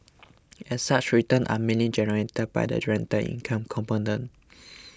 as such returns are mainly generated by the rental income component